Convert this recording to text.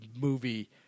movie